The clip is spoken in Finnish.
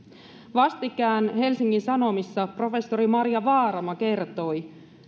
vastikään helsingin sanomissa professori marja vaarama kertoi